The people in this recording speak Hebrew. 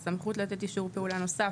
סמכות לתת אישור פעולה נוסף,